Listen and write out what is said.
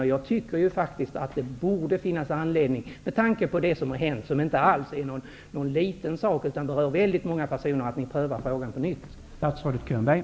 Med tanke på vad som har hänt -- och som berör väldigt många personer -- borde det finnas anledning för regeringen att på nytt pröva frågan.